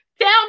Tell